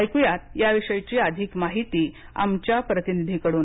ऐकुया याविषयीची अधिक माहिती आमच्या प्रतिनिधींकडून